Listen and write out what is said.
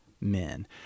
men